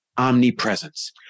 omnipresence